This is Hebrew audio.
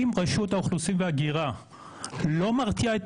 אם רשות האוכלוסין וההגירה לא מרתיעה את